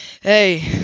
Hey